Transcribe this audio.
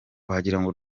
wagirango